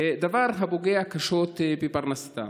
דבר הפוגע קשות בפרנסתם.